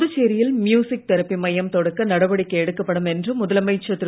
புதுச்சேரியில் மியூசிக் தொபி மையம் தொடக்க நடவடிக்கை எடுக்கப்படும் என்று முதலமைச்சர் திரு